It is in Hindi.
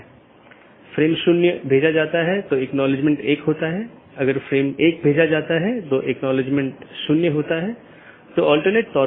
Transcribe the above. अब अगर हम BGP ट्रैफ़िक को देखते हैं तो आमतौर पर दो प्रकार के ट्रैफ़िक होते हैं एक है स्थानीय ट्रैफ़िक जोकि एक AS के भीतर ही होता है मतलब AS के भीतर ही शुरू होता है और भीतर ही समाप्त होता है